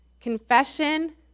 confession